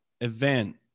event